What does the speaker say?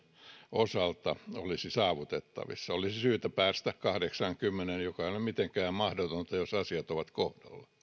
osalta olisi saavutettavissa olisi syytä päästä kahdeksaankymmeneen mikä ei ole mitenkään mahdotonta jos asiat ovat kohdallaan